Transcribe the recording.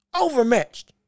Overmatched